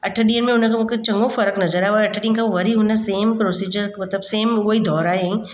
अठ ॾींहनि में हुन खां मूंखे चङो फ़र्क़ु नज़र आहियो ऐं अठ ॾींहनि खां उहो वरी हुन सेम प्रोसिजर मतिलबु सेम उहा ई दुहराई